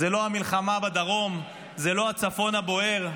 הוא לא המלחמה בדרום, הוא לא הצפון הבוער,